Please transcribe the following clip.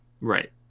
Right